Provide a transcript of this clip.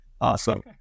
Awesome